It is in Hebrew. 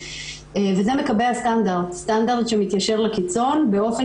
וזה מקבע סטנדרט שמתיישר לקיצון באופן